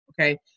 Okay